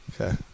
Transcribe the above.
Okay